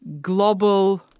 global